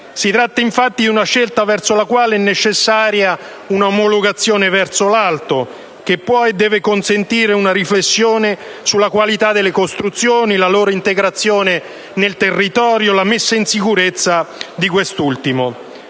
Si tratta di una scelta verso la quale è necessaria una omologazione verso l'alto, che può e deve consentire una riflessione sulla qualità delle costruzioni, la loro integrazione nel territorio, la messa in sicurezza di quest'ultimo.